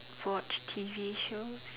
watch T_V show